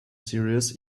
series